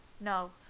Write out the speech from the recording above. No